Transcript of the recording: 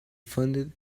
funded